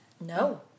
No